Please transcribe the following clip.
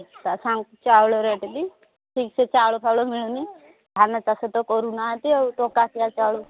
ତା' ସାଙ୍ଗକୁ ଚାଉଳ ରେଟ୍ ବି ଠିକ୍ସେ ଚାଉଳ ଫାଉଳ ମିଳୁନି ଧାନ ଚାଷ ତ କରୁନାହାନ୍ତି ଆଉ ତ କାତିିଆ ଚାଉଳ